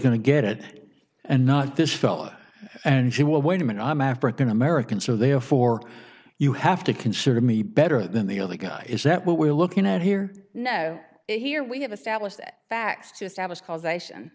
going to get it and not this fella and she will wait a minute i'm african american so therefore you have to consider me better than the other guy is that what we're looking at here no here we have established